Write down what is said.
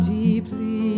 deeply